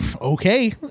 okay